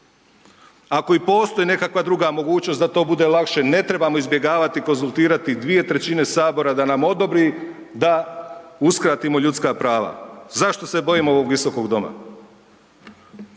Ako i postoji nekakva druga mogućnost da to bude lakše, ne trebamo izbjegavati i konzultirati 2/3 sabora da nam odobri da uskratimo ljudska prava. Zašto se bojimo ovog visokog doma?